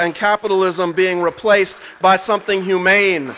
and capitalism being replaced by something humane